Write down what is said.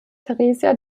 theresia